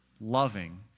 loving